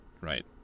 Right